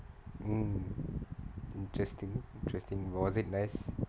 mm interesting interesting was it nice